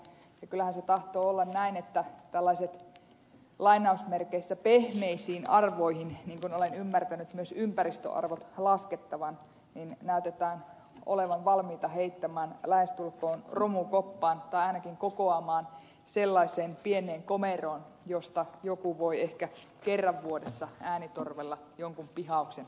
kyllähän se tahtoo olla näin että tällaiset lainausmerkeissä pehmeät arvot niin kuin olen ymmärtänyt myös ympäristöarvot laskettavan näytetään olevan valmiita heittämään lähestulkoon romukoppaan tai ainakin kokoamaan sellaiseen pieneen komeroon josta joku voi ehkä kerran vuodessa äänitorvella jonkun pihauksen ulos antaa